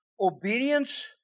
obedience